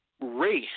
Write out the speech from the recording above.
race